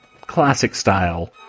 classic-style